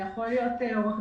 זה יכול להיות עורך-דין,